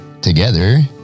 together